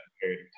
period